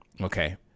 Okay